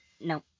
no